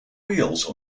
wheels